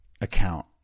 account